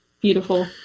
beautiful